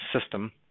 system